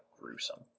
gruesome